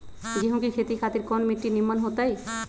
गेंहू की खेती खातिर कौन मिट्टी निमन हो ताई?